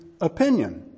opinion